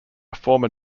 former